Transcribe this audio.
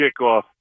kickoff